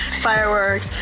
fireworks,